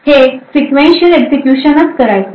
हे Sequential एक्झिक्युशनच करायचे